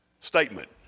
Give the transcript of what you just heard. statement